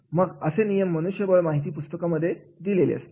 मग असे नियम मनुष्यबळ माहिती पुस्तिकेमध्ये दिले असतात